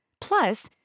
Plus